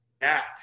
act